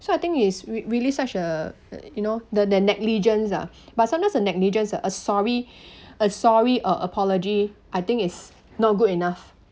so I think is re~ really such a you know the the negligence ah but sometimes a negligence ah a sorry a sorry or apology I think is not good enough